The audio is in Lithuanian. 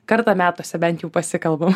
kartą metuose bent jų pasikalbam